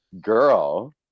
girl